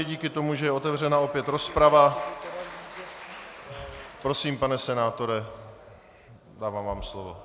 Díky tomu, že je otevřena opět rozprava, prosím, pane senátore, dávám vám slovo.